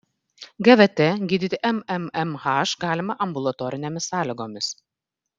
gvt gydyti mmmh galima ambulatorinėmis sąlygomis